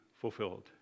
fulfilled